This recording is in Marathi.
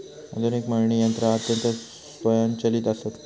आधुनिक मळणी यंत्रा अत्यंत स्वयंचलित आसत